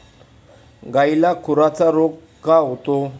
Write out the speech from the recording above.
गायीला खुराचा रोग का होतो?